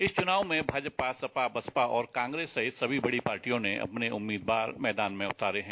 इस चुनाव में भाजपा सपा बसपा और कांग्रेस सहित सभी बड़ पार्टियों ने अपने उम्मीदवार मैदान में उतारे है